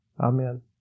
Amen